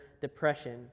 depression